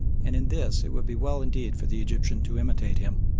and in this it would be well indeed for the egyptian to imitate him.